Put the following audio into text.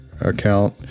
account